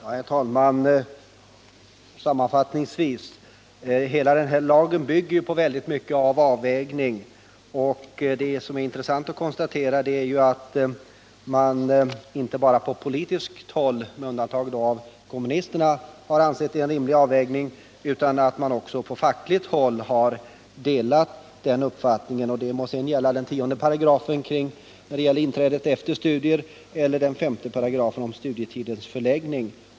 Herr talman! Sammanfattningsvis vill jag säga att hela den här lagen i stor utsträckning bygger på avvägning. Det är intressant att konstatera att man inte bara på politiskt håll — med undantag av kommunisterna — har ansett att det är en rimlig avvägning, utan att man också på fackligt håll har delat den uppfattningen. Det må sedan gälla 10 § i fråga om tillträdet efter studier eller 5§ om studietidens förläggning.